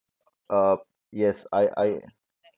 uh yes I I